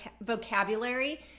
vocabulary